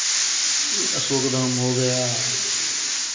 अशोक धाम हो गया